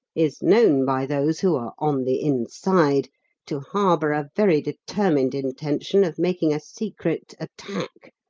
is known by those who are on the inside to harbour a very determined intention of making a secret attack,